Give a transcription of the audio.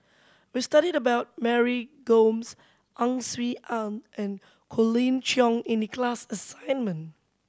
we studied about Mary Gomes Ang Swee Aun and Colin Cheong in the class assignment